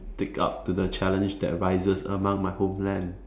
take up to the challenge that rises among my homeland